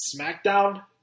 SmackDown